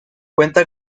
cuenta